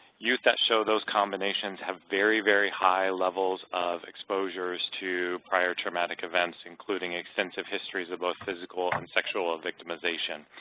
youth that show those combinations have very, very high levels of exposures to prior traumatic events including extensive histories of both physical and sexual victimization.